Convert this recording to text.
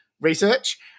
research